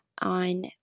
on